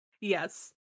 Yes